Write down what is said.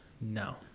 No